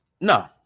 no